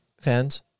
fans